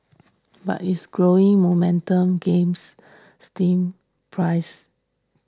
but its growing momentum games stem price